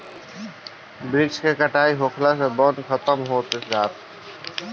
वृक्ष के कटाई होखला से वन खतम होत जाता